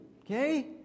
okay